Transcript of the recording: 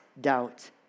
doubt